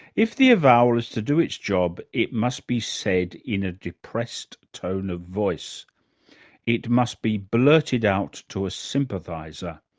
if the avowal is to do its job, it must be said in a depressed tone of voice it must be blurted out to a sympathizer,